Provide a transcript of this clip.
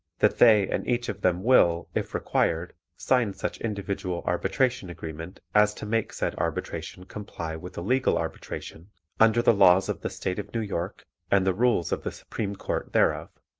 that they and each of them will, if required, sign such individual arbitration agreement as to make said arbitration comply with a legal arbitration under the laws of the state of new york and the rules of the supreme court thereof,